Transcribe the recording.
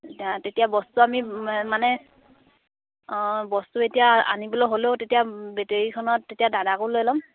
এতিয়া তেতিয়া বস্তু আমি মানে অঁ বস্তু এতিয়া আনিবলৈ হ'লেও তেতিয়া বেটেৰীখনত তেতিয়া দাদাকো লৈ ল'ম